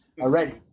already